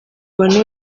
abantu